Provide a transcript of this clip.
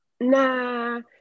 Nah